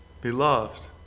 Beloved